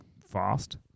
fast